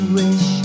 wish